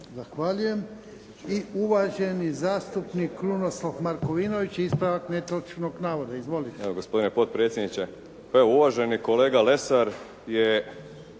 Zahvaljujem. I uvaženi zastupnik Krunoslav Markovinović, ispravak netočnog navoda. Izvolite.